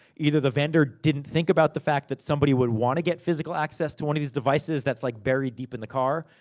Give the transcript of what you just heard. either the vendor didn't think about the fact that somebody would want to get physical access to one of these devices that's like buried deep in the car,